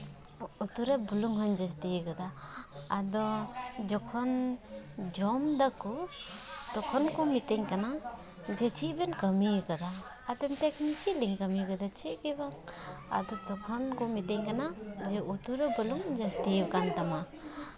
ᱩᱛᱩ ᱨᱮ ᱵᱩᱞᱩᱝ ᱦᱚᱸᱧ ᱡᱟᱹᱥᱛᱤᱭ ᱠᱟᱫᱟ ᱟᱫᱚ ᱡᱚᱠᱷᱚᱱ ᱡᱚᱢ ᱫᱟᱠᱚ ᱛᱚᱠᱷᱚᱱ ᱠᱚ ᱢᱤᱛᱟᱹᱧ ᱠᱟᱱᱟ ᱪᱮᱫ ᱵᱮᱱ ᱠᱟᱹᱢᱤᱭ ᱠᱟᱫᱟ ᱟᱫᱚᱧ ᱢᱮᱛᱟᱭ ᱠᱟᱱᱟ ᱪᱮᱫ ᱞᱤᱧ ᱠᱟᱹᱢᱤ ᱠᱟᱫᱟ ᱪᱮᱫ ᱜᱮ ᱵᱟᱝ ᱟᱫᱚ ᱛᱚᱵᱮ ᱛᱚᱠᱷᱚᱱ ᱠᱚ ᱢᱤᱛᱟᱹᱧ ᱠᱟᱱᱟ ᱩᱛᱩᱨᱮ ᱵᱩᱞᱩᱝ ᱡᱟᱹᱥᱛᱤ ᱟᱠᱟᱱ ᱛᱟᱢᱟ